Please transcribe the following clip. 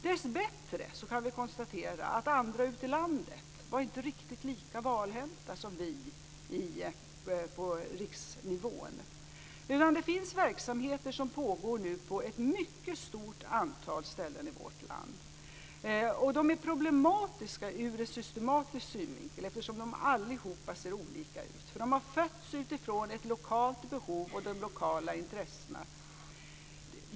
Dessbättre kan vi konstatera att andra ute i landet inte var riktigt lika valhänta som vi på riksnivån. Det finns verksamheter som pågår nu på ett mycket stort antal ställen i vårt land. De är problematiska ur systematisk synvinkel, eftersom de alla ser olika ut. De har fötts utifrån ett lokalt behov och de lokala intressena.